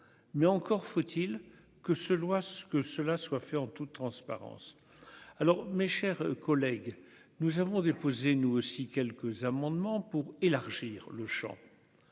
mais encore faut-il que ce loi ce que cela soit fait en toute transparence, alors mes chers collègues, nous avons déposé nous aussi quelques amendements pour élargir le Champ,